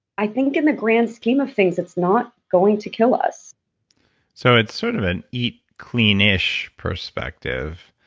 i think in the grand scheme of things, it's not going to kill us so it's sort of an eat clean-ish perspective.